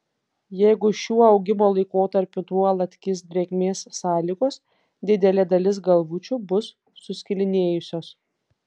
jeigu šiuo augimo laikotarpiu nuolat kis drėgmės sąlygos didelė dalis galvučių bus suskilinėjusios